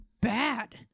bad